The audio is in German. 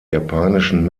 japanischen